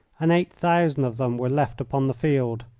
and eight thousand of them were left upon the field.